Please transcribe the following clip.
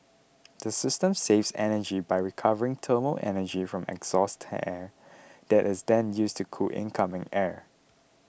the system saves energy by recovering thermal energy from exhaust air that is then used to cool incoming air